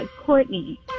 Courtney